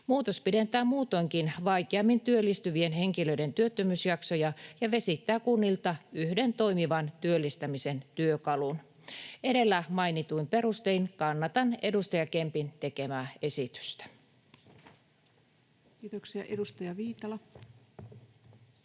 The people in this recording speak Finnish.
Muutos pidentää muutoinkin vaikeammin työllistyvien henkilöiden työttömyysjaksoja ja vesittää kunnilta yhden toimivan työllistämisen työkalun. Edellä mainituin perustein kannatan edustaja Kempin tekemää esitystä. [Speech 112] Speaker: